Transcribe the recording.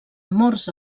amors